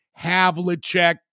Havlicek